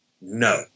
No